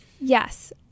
Yes